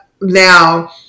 now